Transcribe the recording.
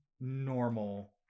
normal